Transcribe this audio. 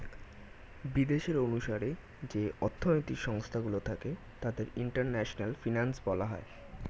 বিদেশের অনুসারে যে অর্থনৈতিক সংস্থা গুলো থাকে তাদের ইন্টারন্যাশনাল ফিনান্স বলা হয়